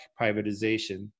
privatization